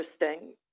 interesting